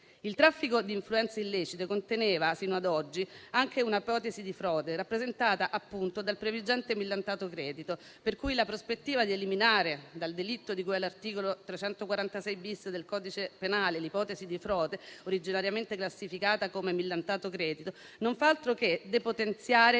Il traffico di influenze illecite conteneva, sino ad oggi, anche una ipotesi di frode rappresentata, appunto, dal previgente millantato credito, per cui la prospettiva di eliminare dal delitto di cui all'articolo 346-*bis* del codice penale l'ipotesi di frode originariamente classificata come millantato credito non fa altro che depotenziare